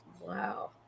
Wow